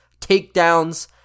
takedowns